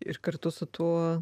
ir kartu su tuo